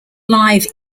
live